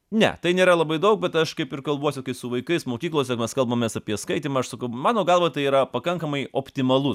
ne tai nėra labai daug bet aš kaip ir kalbuosi su vaikais mokyklose mes kalbamės apie skaitymą aš sakau mano galva tai yra pakankamai optimalus